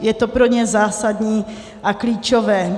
Je to pro ně zásadní a klíčové.